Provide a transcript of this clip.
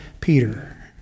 Peter